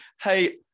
hey